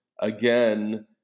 again